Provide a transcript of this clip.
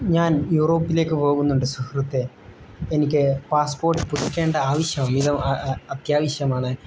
ഞാൻ യൂറോപ്പിലേക്ക് പോകുന്നുണ്ട് സുഹൃത്തെ എനിക്ക് പാസ്പോർട്ട് പുതുക്കേണ്ട ആവശ്യം അത്യാവശ്യമാണ്